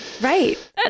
right